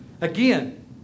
Again